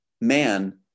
man